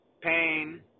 pain